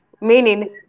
meaning